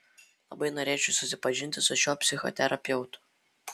labai norėčiau susipažinti su šiuo psichoterapeutu